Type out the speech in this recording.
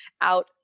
out